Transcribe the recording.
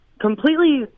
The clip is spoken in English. completely